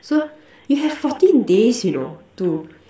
so you have fourteen days you know to